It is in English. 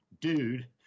dude